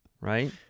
Right